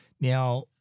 Now